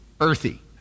earthy